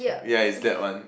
ya it's that one